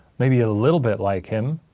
maybe a little bit like him.